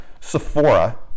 Sephora